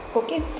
okay